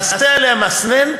נעשה עליה מסנן,